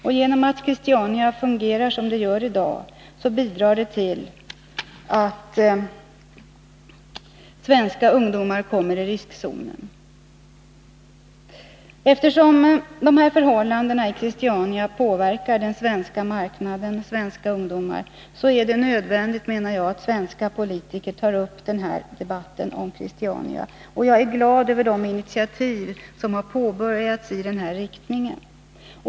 Det sätt som Christiania fungerar på i dag bidrar till att svenska ungdomar kommer i riskzonen. Eftersom förhållandena i Christiania påverkar den svenska marknaden och svensk ungdom är det nödvändigt, menar jag, att svenska politiker tar upp en debatt om Christiania. Och jag är glad över det arbete i den riktningen som påbörjats.